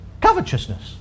Covetousness